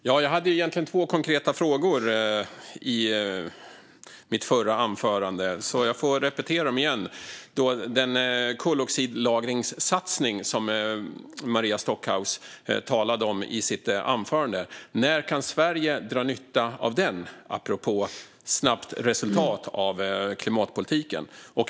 Herr ålderspresident! Jag ställde två konkreta frågor i min förra replik. Jag får repetera dem. Det gäller den koldioxidlagringssatsning som Maria Stockhaus talade om i sitt anförande. När kan Sverige dra nytta av den, apropå snabbt resultat av klimatpolitiken?